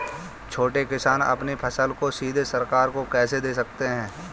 छोटे किसान अपनी फसल को सीधे सरकार को कैसे दे सकते हैं?